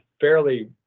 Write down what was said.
fairly